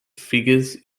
figures